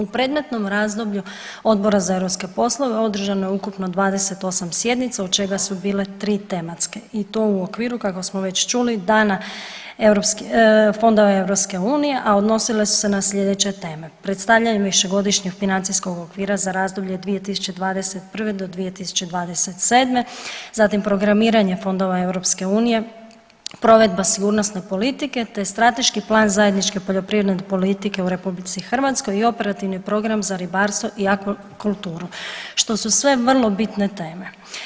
U predmetnom razdoblju Odbora za europske poslove održano je ukupno 28 sjednica od čega su bile 3 tematske i to u okviru kakav smo već čuli Dana fondova EU, a odnosile su se na slijedeće teme, predstavljanje višegodišnjeg financijskog okvira za razdoblje 2021. do 2027., zatim programiranje fondova EU, provedba sigurnosne politike, te strateški plan zajedničke poljoprivredne politike u RH i operativni program za ribarstvo i akvakulturu, što su sve vrlo bitne teme.